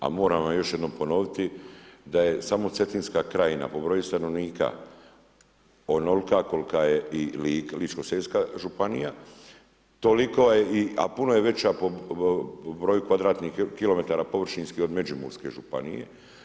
A moram vam još jednom ponoviti da je samo Cetinska krajina po broju stanovnika onolika kolika je i Ličko-senjska županija, a puno je veća po broju kvadratnih kilometara površinski od Međimurske županije.